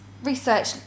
Research